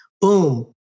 boom